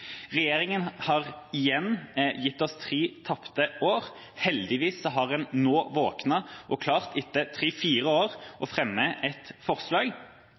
har igjen gitt oss tre tapte år, men heldigvis har en nå våknet og klart – etter tre–fire år – å fremme et forslag.